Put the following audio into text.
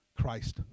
Christ